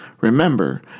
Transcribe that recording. Remember